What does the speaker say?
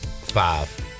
five